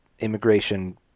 immigration